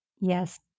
yes